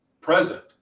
present